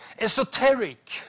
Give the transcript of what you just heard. esoteric